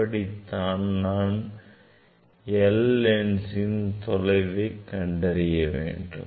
இப்படித்தான் நாம் L4 லென்ஸின் தொலைவை கண்டறிய வேண்டும்